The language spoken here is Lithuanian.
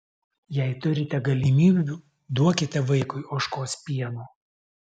jei turite galimybių duokite vaikui ožkos pieno